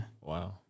Wow